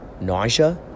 nausea